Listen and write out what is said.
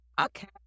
okay